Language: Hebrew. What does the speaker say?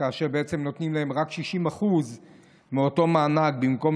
כאשר בעצם נותנים להם רק 60% מאותו מענק במקום